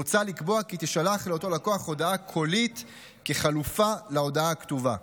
מוצע לקבוע כי תישלח לאותו לקוח הודעה קולית כחלופה להודעה הכתובה.